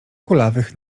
kulawych